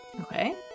Okay